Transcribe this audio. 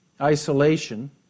isolation